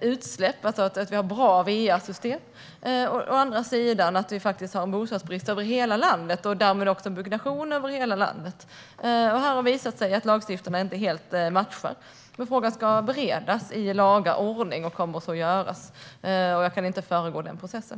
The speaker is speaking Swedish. utsläpp och att ha bra va-system. Å andra sidan har vi en bostadsbrist över hela landet och därmed också byggnation över hela landet. Här har det visat sig att lagstiftningen inte helt matchar. Frågan ska beredas i laga ordning och kommer så att göras, och jag kan inte föregripa den processen.